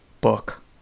book